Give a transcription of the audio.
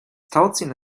tauziehen